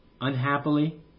unhappily